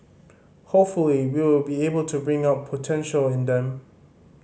hopefully we will be able to bring out potential in them